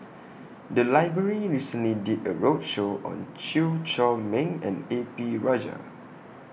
The Library recently did A roadshow on Chew Chor Meng and A P Rajah